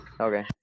Okay